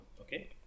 okay